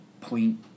point